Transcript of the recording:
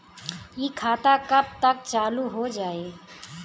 इ खाता कब तक चालू हो जाई?